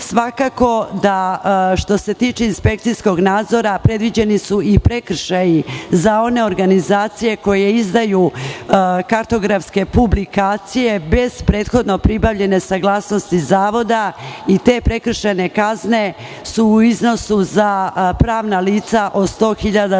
struke. Svakako da što se tiče inspekcijskog nadzora predviđeni su i prekršaji za one organizacije koje izdaju kartografske publikacije bez prethodno pribavljene saglasnosti zavoda i te prekršajne kazne su u iznosu za pravna lica od 100.000 do